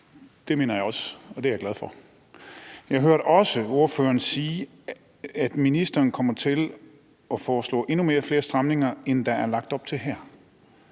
Det mener jeg også, og det er jeg glad for vi har. Jeg hørte også ordføreren sige, at ministeren kommer til at foreslå endnu flere stramninger, end der er lagt op til her.